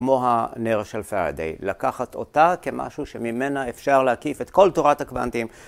כמו הנר של פאראדיי, לקחת אותה כמשהו שממנה אפשר להקיף את כל תורת הקוונטים.